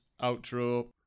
outro